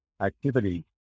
activity